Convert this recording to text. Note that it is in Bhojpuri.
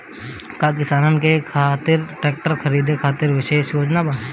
का किसानन के खातिर ट्रैक्टर खरीदे खातिर विशेष योजनाएं बा?